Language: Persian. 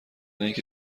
اینکه